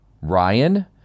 Ryan